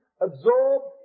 absorbed